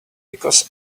because